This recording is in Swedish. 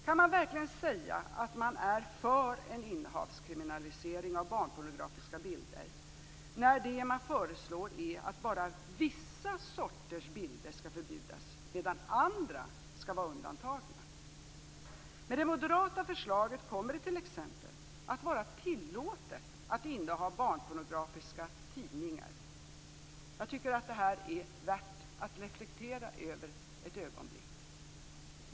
Kan man verkligen säga att man är för en innehavskriminalisering av barnpornografiska bilder när det man föreslår är att bara vissa sorters bilder skall förbjudas, medan andra skall vara undantagna? Med det moderata förslaget kommer det t.ex. att vara tillåtet att inneha barnpornografiska tidningar. Jag tycker att det här är värt att reflektera över ett ögonblick.